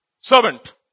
servant